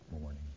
morning